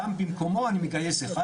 גם במקומו אני מגייס אחד,